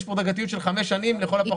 כאן הדרגתיות של חמש שנים לכל הפחות.